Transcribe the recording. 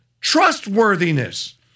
trustworthiness